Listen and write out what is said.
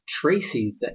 Tracy